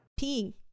Peeing